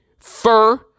Fur